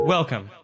Welcome